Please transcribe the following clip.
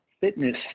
fitness